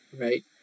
right